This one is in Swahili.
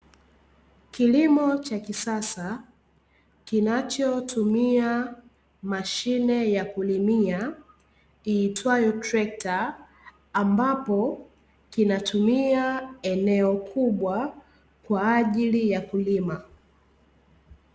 Kilimo cha kisasa kinachotumia mashine ya kulimia iitwayo trekta, ambapo kinatumia eneo kubwa kwa ajili ya kulima.